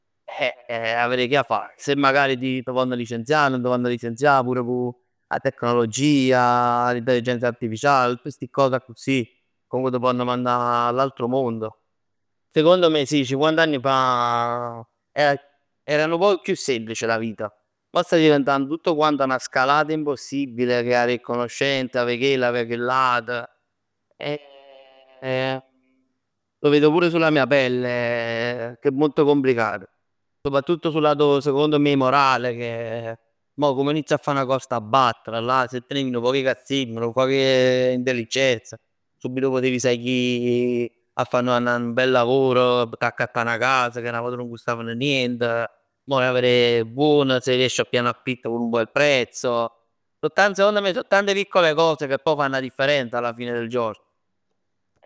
Eh 'e 'a verè ch' 'e 'a fà. Se magari t' vonn licenzià, nun t' vonn licenzià. Pur cu 'a tecnologia, l'intelligenza artificiale, tutt sti cos accussì. Comunque t' ponn mannà all'altro mondo. Secondo me sì, cinquant'anni fa er- era nu poc chiù semplice la vita. Mo sta diventando tutto quanto 'na scalata impossibile, che ha avè 'e conoscenze, avè chell, avè chellat. Lo vedo pure sulla mia pelle che è molto complicato. Soprattutto sul lato secondo me morale, che mo come inizi a fa 'na cos t'abbattono. Là se tenevi nu poc 'e cazzimm, nu poc 'e intelligenza, subito potiv saglì 'a fa n- n- nu bell lavoro, p' t'accattà 'na cas, ch' 'na vot nun custavan nient. Mo 'e 'a verè buon, se riesci 'a piglia n'affit a buon prezzo. So tante piccole cose, secondo me so tante piccole cose, che pò fann 'a differenza 'a fine del giorno.